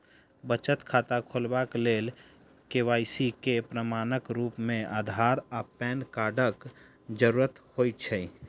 बचत खाता खोलेबाक लेल के.वाई.सी केँ प्रमाणक रूप मेँ अधार आ पैन कार्डक जरूरत होइ छै